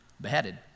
beheaded